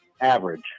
Average